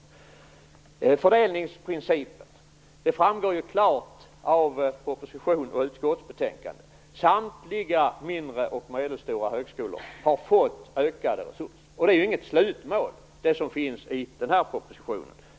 Vad gäller fördelningsprincipen vill jag säga att det framgår klart av proposition och utskottsbetänkande att samtliga mindre och medelstora högskolor har fått ökade resurser. Det som anges i propositionen är inget slutmål.